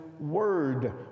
word